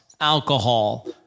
alcohol